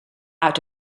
out